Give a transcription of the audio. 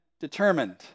determined